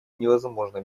невозможно